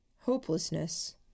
hopelessness